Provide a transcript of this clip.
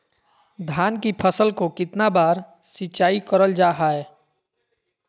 धान की फ़सल को कितना बार सिंचाई करल जा हाय?